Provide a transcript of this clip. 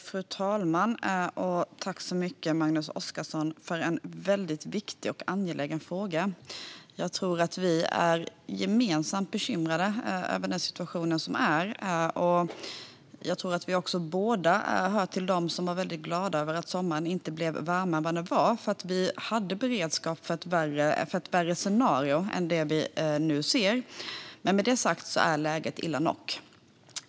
Fru talman! Tack så mycket, Magnus Oscarsson, för en väldigt angelägen fråga! Jag tror att vi är gemensamt bekymrade över situationen. Jag tror också att vi båda hör till dem som var väldigt glada över att sommaren inte blev varmare än den blev. Vi hade beredskap för ett värre scenario än det vi nu ser, men med detta sagt är läget illa nog.